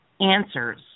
answers